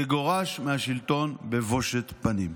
יגורש מהשלטון בבושת פנים.